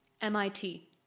MIT